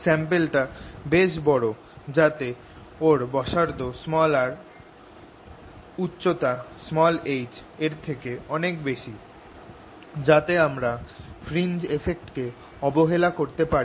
sample টা বেশ বড় যাতে ওর ব্যাসার্ধ r উচ্চতা h এর থেকে অনেক বেশি যাতে আমরা ফ্রিঞ্জ এফেক্ট কে অবহেলা করতে পারি